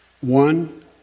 One